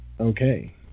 Okay